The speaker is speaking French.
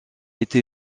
été